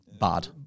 bad